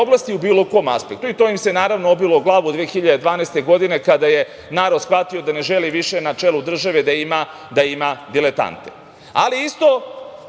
u bilo kom aspektu i to im se naravno obilo o glavu 2012. godine kada je narod shvatio da ne želi više na čelu države da ima diletante. Isto